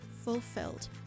fulfilled